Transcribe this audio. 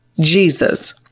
Jesus